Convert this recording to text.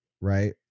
right